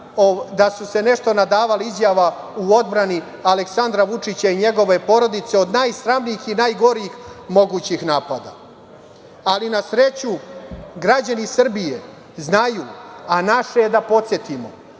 da su se nešto nadavali izjava u odbrani Aleksandra Vučića i njegove porodice od najsramnijih i najgorih mogućih napada. Na sreću, građani Srbije znaju, a naše je da podsetimo